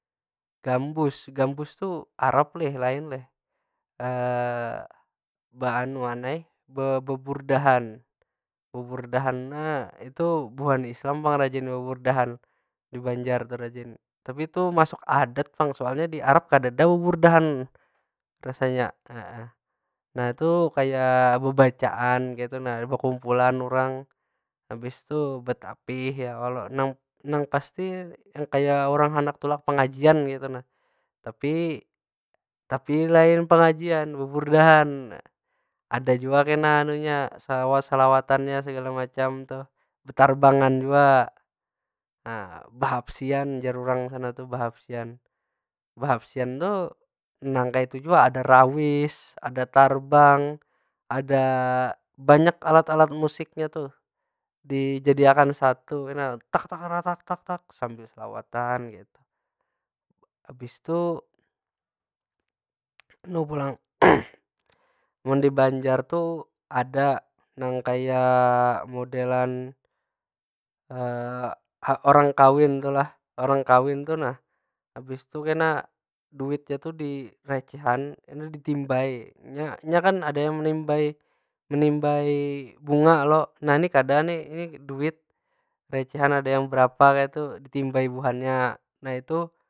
Gambus. Gambus tu arab leh, lain leh. beburdahan. Beburdahan nya itu buhan islam pang rajin beburdahan, di banjar tu rajin. Tapi tu masuk adat pang, soalnya di arab kadeda beburdahan, rasanya. Nah tu kaya bebacaan kaytu nah bekumpulan urang. Habis tu betapih ya kalo? Nang nang pasti nang kaya urang handak tulak pengajian kaytu nah. Tapi tapi lain pengajian, beburdahan. Ada jua kena shalawat- shalawatannya segala macam tuh. Betarbangan jua. Nah behabsian jar urang sana tuh, bahabsian. Bahabsian tuh nang kaytu jua, ada rawis, ada tarbang, ada banyak alat alat musiknya tuh. Dijadiakan satu tu nah sambil shalawatan kaytu. Habis tu mun di banjar tu ada nang kaya modelan orang kawin tu lah. Orang kawin tu nah, habis tu kena duitnya tu recehan, kena ditimbai. Nya nya kan ada yang menimbai menimbai bunga lo? Nah ni kada ni, ni duit recehan ada yang berapa kaytu ditimbai buhannya. Nah itu.